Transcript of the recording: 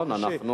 נכון.